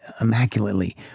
immaculately